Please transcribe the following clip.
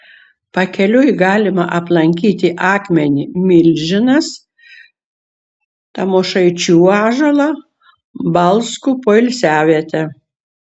pakeliui galima aplankyti akmenį milžinas tamošaičių ąžuolą balskų poilsiavietę